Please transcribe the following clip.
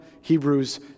Hebrews